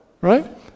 right